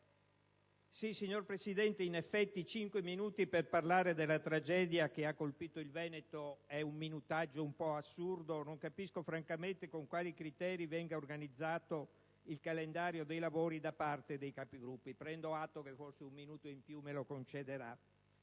Signora Presidente, cinque minuti per parlare della tragedia che ha colpito il Veneto sono un minutaggio un po' assurdo, e francamente non capisco con quali criteri venga organizzato il calendario dei lavori da parte dei Capigruppo. Spero che un minuto in più me lo concederà.